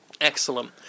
Excellent